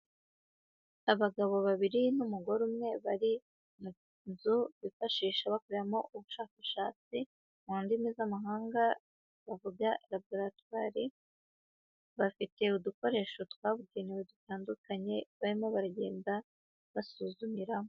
Abagabo babiri n'umugore umwe bari mu nzu bifashisha bakoramo ubushakashatsi, mu ndimi z'amahanga bavuga laboratwari; bafite udukoresho twabugenewe dutandukanye, barimo baragenda basuzumiramo.